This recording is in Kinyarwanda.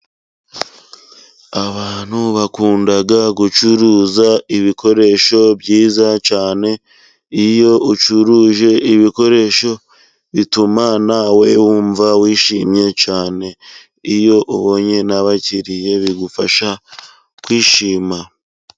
Abantu bakunda gucuruza ibikoresho byiza cyane, iyo ucuruje ibikoresho bituma nawe wumva wishimye cyane, iyo ubonye n'abakiriye bigufasha kwishima.